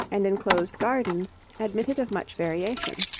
and enclosed gardens admitted of much variation.